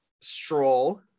Stroll